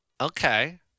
Okay